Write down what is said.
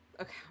Okay